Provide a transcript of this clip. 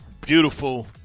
beautiful